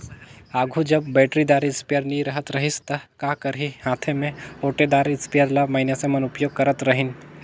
आघु जब बइटरीदार इस्पेयर नी रहत रहिस ता का करहीं हांथे में ओंटेदार इस्परे ल मइनसे मन उपियोग करत रहिन